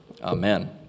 Amen